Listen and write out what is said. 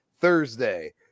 Thursday